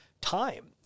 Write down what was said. time